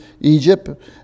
Egypt